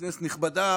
כנסת נכבדה,